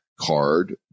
card